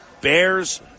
Bears